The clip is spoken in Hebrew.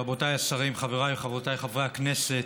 רבותיי השרים, חבריי וחברותיי חברי הכנסת,